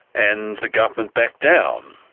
and the government backed down.